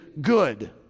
good